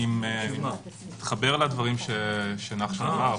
אני מתחבר לדברים שנחשון אמר,